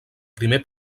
primer